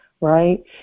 right